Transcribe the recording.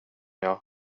jag